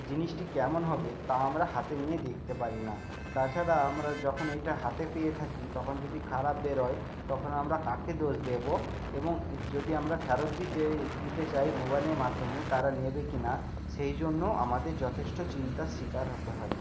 জিনিসটি কেমন হবে তা আমরা হাতে নিয়ে দেখতে পারি না তাছাড়া আমরা যখন এটা হাতে পেয়ে থাকি তখন যদি খারাপ বেরোয় তখন আমরা কাকে দোষ দেব এবং যদি আমরা ফেরত দিতে দিতে চাই মোবাইলের মাধ্যমে তারা নেবে কি না সেই জন্য আমাদের যথেষ্ট চিন্তার শিকার হতে হয়